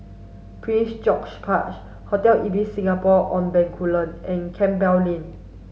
Prince George's Park Hotel Ibis Singapore on Bencoolen and Campbell Lane